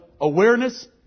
awareness